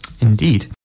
indeed